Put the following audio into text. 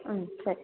ಹ್ಞೂ ಸರಿ